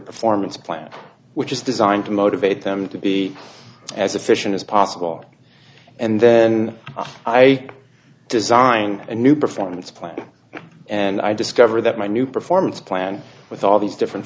performance plan which is designed to motivate them to be as efficient as possible and then i design a new performance plan and i discover that my new performance plan with all these different